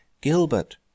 Gilbert